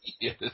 Yes